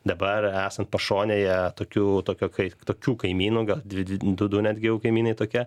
dabar esant pašonėje tokių tokio kai tokių kaimynų gal dvi dvi du du netgi jau kaimynai tokia